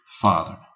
father